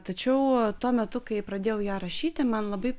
tačiau tuo metu kai pradėjau ją rašyti man labai